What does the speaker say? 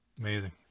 Amazing